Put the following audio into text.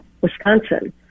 wisconsin